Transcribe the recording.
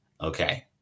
Okay